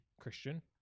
Christian